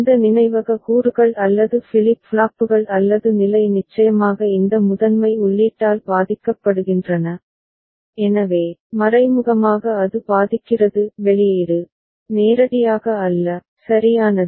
இந்த நினைவக கூறுகள் அல்லது ஃபிளிப் ஃப்ளாப்புகள் அல்லது நிலை நிச்சயமாக இந்த முதன்மை உள்ளீட்டால் பாதிக்கப்படுகின்றன எனவே மறைமுகமாக அது பாதிக்கிறது வெளியீடு நேரடியாக அல்ல சரியானது